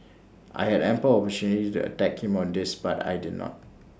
I had ample opportunity to attack him on this but I did not